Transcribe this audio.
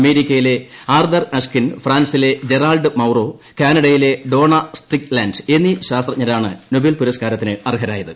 അമേരിക്ക്യിലെ Arthur Ashkin ഫ്രാൻസിലെ Gerard Mourou കീർഡ്യിലെ Donna Strickland എന്നീ ശാസ്ത്രജ്ഞരാണ് നൊബേൽ പുരസ്ക്കാരത്തന് അർഹരായത്